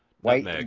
White